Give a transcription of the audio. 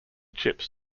chips